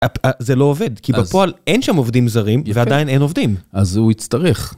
זה לא עובד, כי בפועל אין שם עובדים זרים, ועדיין אין עובדים. אז הוא יצטרך.